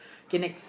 K next